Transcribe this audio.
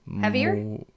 Heavier